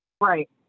right